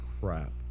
crap